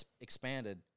expanded